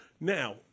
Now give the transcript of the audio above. now